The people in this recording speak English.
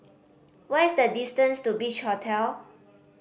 what is the distance to Beach Hotel